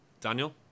Daniel